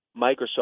Microsoft